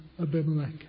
Abimelech